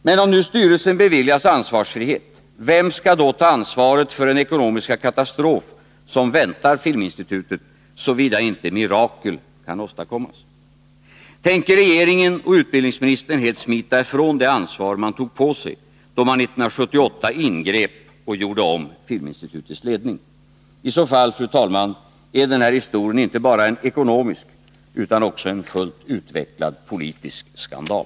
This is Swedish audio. Men om nu styrelsen beviljas ansvarsfrihet, vem skall då ta ansvaret för den ekonomiska katastrof som väntar Filminstitutet, såvida inte mirakel kan åstadkommas? Tänker regeringen och utbildningsministern helt smita ifrån det ansvar man tog på sig då man 1978 ingrep och gjorde om Filminstitutets ledning? I så fall, fru talman, är den här historien inte bara en ekonomisk utan också en fullt utvecklad politisk skandal.